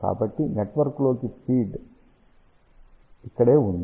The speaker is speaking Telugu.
కాబట్టి నెట్వర్క్లోని ఫీడ్ ఇక్కడే ఉంది